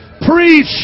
preach